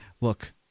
look